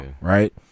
Right